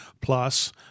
plus